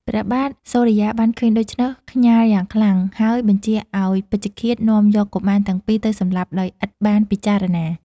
ព្រះបាទសូរិយាបានឃើញដូច្នោះ ខ្ញាល់យ៉ាងខ្លាំង ហើយបញ្ជាឲ្យពេជ្ឈឃាដនាំយកកុមារទាំងពីរទៅសម្លាប់ដោយឥតបានពិចារណា ។